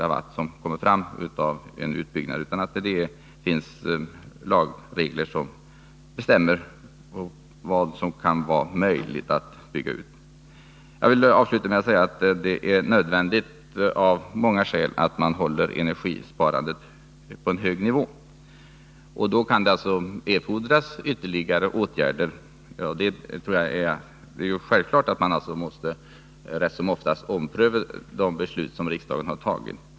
Man skall inte kunna säga att tillskottet av en utbyggnad blir exakt ett visst antal terawattimmar, utan lagreglerna skall bestämma till vilken nivå det kan vara möjligt att bygga ut. Jag vill avsluta med att säga att det av många skäl är nödvändigt att vi håller energisparandet på en hög nivå. Då kan det erfordras ytterligare åtgärder. Det är därför självklart att vi vilket vi ganska ofta måste göra, får lov att ompröva de beslut som riksdagen har fattat.